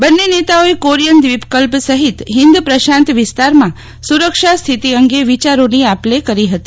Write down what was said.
બંને નેતાઓએ કોરિયન દ્વિપકલ્પ સહિત હિન્દ પ્રશાંત વિસ્તારમાં સુરક્ષા સ્થિતિ અંગે વિચારોની આપ લે કરી હતી